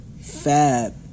Fab